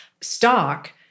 stock